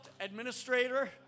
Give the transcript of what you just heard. administrator